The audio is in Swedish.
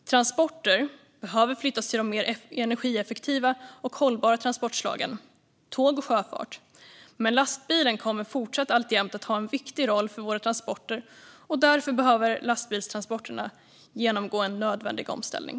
Transporter behöver flyttas till de mer energieffektiva och hållbara transportslagen tåg och sjöfart. Lastbilen kommer dock alltjämt att ha en viktig roll för våra transporter, och därför behöver lastbilstransporterna genomgå en nödvändig omställning.